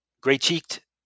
gray-cheeked